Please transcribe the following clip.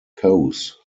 cowes